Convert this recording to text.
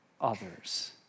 others